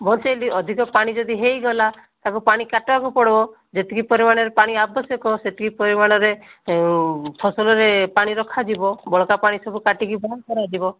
ମୋର ସେଇ ଯଦି ଅଧିକ ପାଣି ଯଦି ହୋଇଗଲା ତାକୁ ପାଣି କାଟିବାକୁ ପଡ଼ିବ ଯେତିକି ପରିମାଣରେ ପାଣି ଆବଶ୍ୟକ ସେତିକି ପରିମାଣରେ ଫସଲରେ ପାଣି ରଖାଯିବ ବଳକା ପାଣି ସବୁ କାଟିକି ବାହାର କରାଯିବ